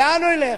לאן הוא ילך?